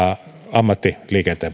ammattiliikenteen